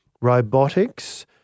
robotics